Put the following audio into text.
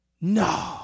No